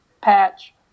patch